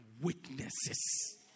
witnesses